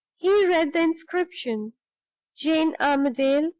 he read the inscription jane armadale,